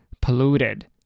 polluted